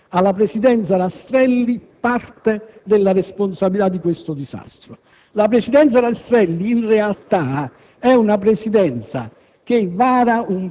collateralismo con la camorra. Questa è la responsabilità storica. Poi c'è un'altra grande menzogna, quella che tenta di far risalire